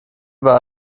war